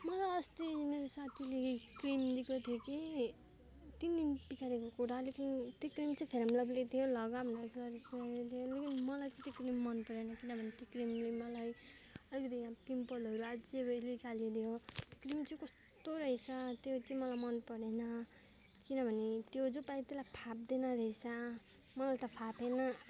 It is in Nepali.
मलाई अस्ति मेरो साथीले क्रिम दिएको थियो कि तिनदिन पिछाडिको कुरा लेकिन त्यो क्रिम चाहिँ फेयर एन्ड लभली थियो लगा भनेर दियो लेकिन मलाई चाहिँ त्यो क्रिम मन परेन किनभने त्यो क्रिमले मलाई अलिकति यहाँ पिम्पलहरू अझै बेसी निकालिदियो क्रिम चाहिँ कस्तो रहेछ त्यो चाहिँ मलाई मन परेन किनभने त्यो जो पायो त्यसलाई फाप्दैन रहेछ मलाई त फापेन